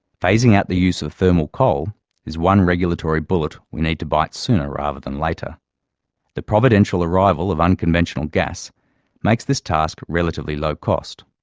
phasing out the use of thermal coal is one regulatory bullet we need to bite sooner rather than later the providential arrival of unconventional gas makes this task relatively low cost.